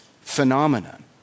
phenomenon